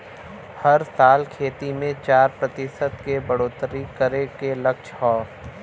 हर साल खेती मे चार प्रतिशत के बढ़ोतरी करे के लक्ष्य हौ